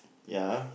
ya